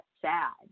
sad